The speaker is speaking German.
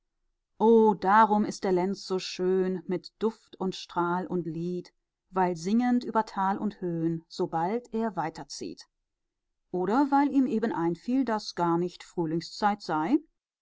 und seufzen oh darum ist der lenz so schön mit duft und strahl und lied weil singend über tal und höh'n so bald er weiterzieht oder weil ihm eben einfiel daß gar nicht frühlingszeit